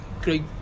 great